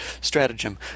stratagem